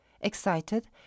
Excited